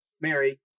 Mary